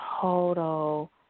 total